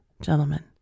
gentlemen